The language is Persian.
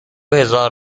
هزار